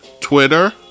Twitter